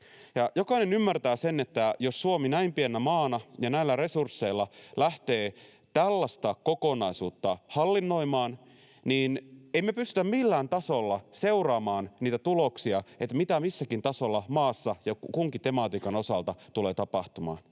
Jokainen ymmärtää, että jos Suomi näin pienenä maana ja näillä resursseilla lähtee tällaista kokonaisuutta hallinnoimaan, niin ei me pystytä millään tasolla seuraamaan niitä tuloksia, mitä missäkin maassa ja kunkin tematiikan osalta tulee tapahtumaan.